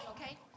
Okay